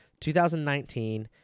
2019